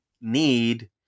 need